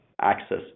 access